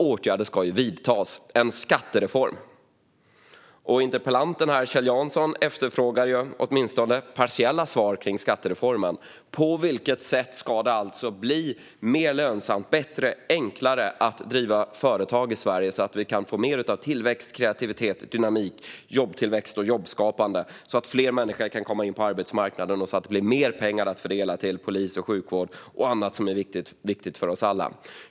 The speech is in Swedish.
Åtgärder ska vidtas - en skattereform. Interpellanten Kjell Jansson efterfrågade åtminstone partiella svar kring skattereformen. På vilket sätt ska det bli mer lönsamt, bättre och enklare att driva företag i Sverige, så att vi kan få mer av tillväxt, kreativitet, dynamik, jobbtillväxt och jobbskapande, så att fler människor kan komma in på arbetsmarknaden och så att det blir mer pengar att fördela till polis, sjukvård och annat som är viktigt för oss alla?